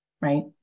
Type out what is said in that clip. right